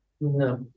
No